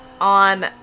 on